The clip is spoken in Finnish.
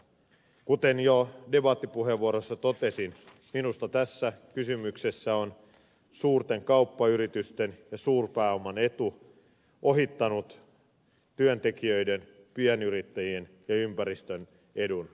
kuten jo debattipuheenvuorossani totesin minusta tässä kysymyksessä on suurten kauppayritysten ja suurpääoman etu ohittanut työntekijöiden pienyrittäjien ja ympäristön edun